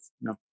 No